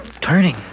turning